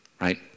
right